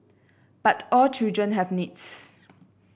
but all children have needs